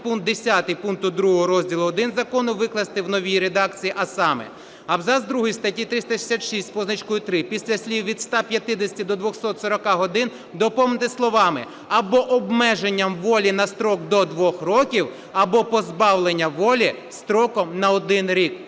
підпункт 10 пункту 2 розділу І закону викласти в новій редакції, а саме: абзац другий статті 366 з позначкою 3 після слів "від 150 до 240 годин" доповнити словами "або обмеженням волі на строк до 2 років, або позбавлення волі строком на 1 рік".